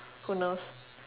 who knows